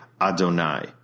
Adonai